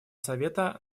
совета